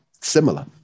similar